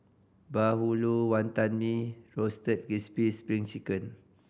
bahulu Wantan Mee Roasted Crispy Spring Chicken